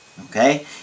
okay